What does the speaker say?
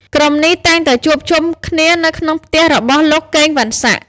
ក្រុមនេះតែងតែជួបប្រជុំគ្នានៅក្នុងផ្ទះរបស់ លោកកេង វ៉ាន់សាក់។